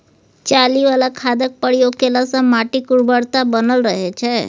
चाली बला खादक प्रयोग केलासँ माटिक उर्वरता बनल रहय छै